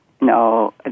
No